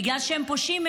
בגלל שהם פושעים,